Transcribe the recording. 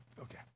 Okay